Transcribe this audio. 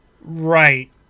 Right